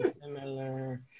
similar